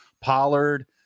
Pollard